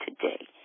today